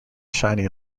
shiny